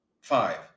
five